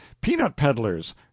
peanut-peddlers